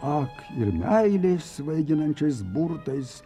ak ir meilės svaiginančiais burtais